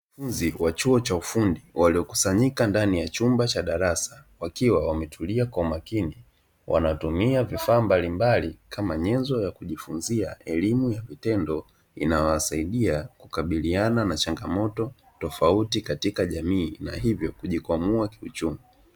Wanafunzi wa chuo cha ufundi waliokusanyika ndani ya chumba cha darasa, wakiwa wametulia kwa makini wanatumia vifaa mbalimbali, kama nyenzo ya kujifunzia elimu ya vitendo inawasaidia kukabiliana na changamoto tofauti katika jamii na hivyo kujikwamua kiuchumi.